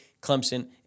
Clemson